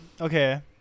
Okay